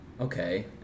okay